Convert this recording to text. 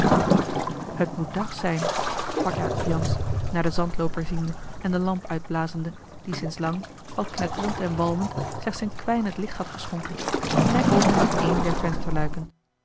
het moet dag zijn sprak jacob jansz naar den zandlooper ziende en de lamp uitblazende die sinds lang al knetterend en walmend slechts een kwijnend licht had geschonken en hij opende een der